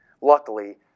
Luckily